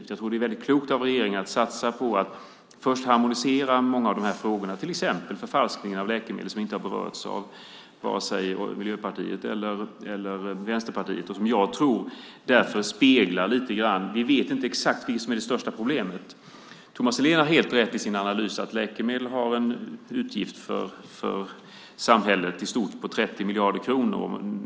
Jag tror att det är väldigt klokt av regeringen att satsa på att först harmonisera många av de här frågorna, till exempel förfalskningen av läkemedel, som inte har berörts av vare sig Miljöpartiet eller Vänsterpartiet. Jag tror detta i någon mån speglar att vi inte vet exakt vilket som är det största problemet. Thomas Nihlén har helt rätt i sin analys. Läkemedel medför en utgift för samhället i stort på 30 miljarder kronor.